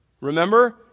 remember